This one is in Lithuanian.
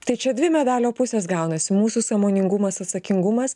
tai čia dvi medalio pusės gaunasi mūsų sąmoningumas atsakingumas